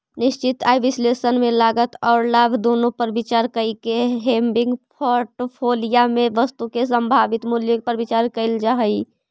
निश्चित आय विश्लेषण में लागत औउर लाभ दुनो पर विचार कईके हेविंग पोर्टफोलिया में वस्तु के संभावित मूल्य पर विचार कईल जा हई